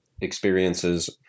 experiences